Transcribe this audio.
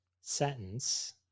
sentence